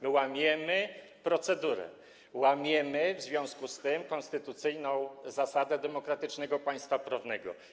My łamiemy procedury, łamiemy w związku z tym konstytucyjną zasadę demokratycznego państwa prawnego.